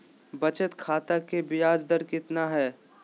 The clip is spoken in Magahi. बचत खाता के बियाज दर कितना है?